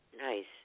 Nice